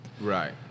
Right